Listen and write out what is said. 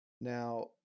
Now